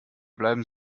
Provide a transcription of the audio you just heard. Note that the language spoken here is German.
bleiben